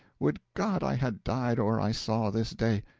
would god i had died or i saw this day!